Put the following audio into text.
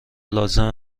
لازم